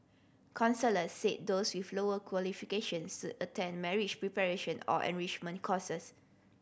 counsellors said those with lower qualifications should attend marriage preparation or enrichment courses